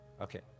okay